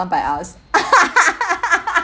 by us